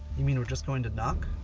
you mean, we're just going to knock?